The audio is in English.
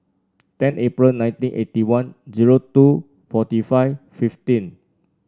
ten April nineteen eighty one zero two forty five fifteen